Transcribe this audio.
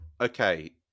Okay